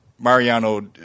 Mariano